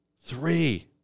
Three